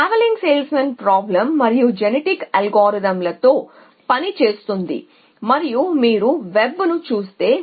TSP మరియు genetic algorithm లతో పని చేస్తుంది మరియు మీరు వెబ్ను చూస్తే